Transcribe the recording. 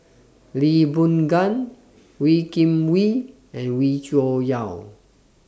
Lee Boon Ngan Wee Kim Wee and Wee Cho Yaw